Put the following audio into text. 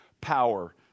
power